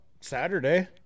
Saturday